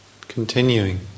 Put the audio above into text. Continuing